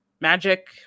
magic